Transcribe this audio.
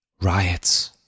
Riots